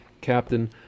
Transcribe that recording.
captain